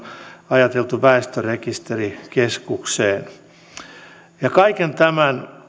ajateltu väestörekisterikeskukseen kaiken tämän